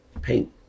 paint